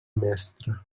mestre